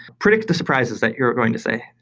predict the surprises that you're going to say.